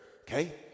okay